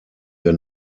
wir